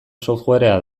softwarea